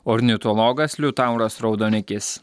ornitologas liutauras raudonikis